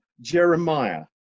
Jeremiah